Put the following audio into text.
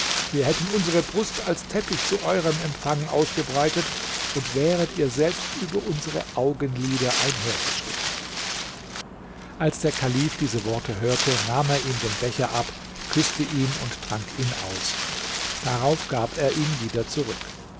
wir hätten unsere brust als teppich zu eurem empfang ausgebreitet und wäret ihr selbst über unsere augenlider einhergeschritten als der kalif diese worte hörte nahm er ihm den becher ab küßte ihn und trank ihn aus darauf gab er ihn wieder zurück